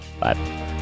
Bye